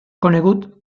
conegut